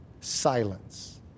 silence